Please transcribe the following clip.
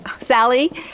Sally